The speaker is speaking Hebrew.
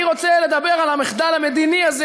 אני רוצה לדבר על המחדל המדיני הזה,